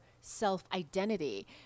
self-identity